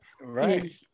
right